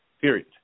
period